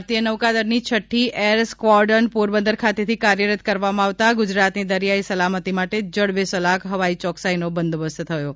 ભારતીય નૌકાદળ ની છઠી એર સ્કવોર્ડન પોરબંદર ખાતેથી કાર્યરત કરવામાં આવતા ગુજરાત ની દરિયાઈ સલામતી માટે જડબેસલાક હવાઈ ચોકસાઇ નો બંદોબસ્ત થયો છે